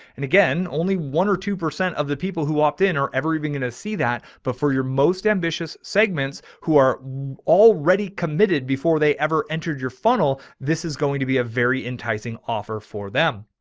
and again, only one or two percent of the people who opt in or ever even going to see that. but for your most ambitious segments who are already committed before they ever entered your funnel, this is going to be a very enticing offer for them.